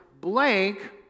Blank